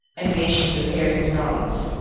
and nations repair his wrongs.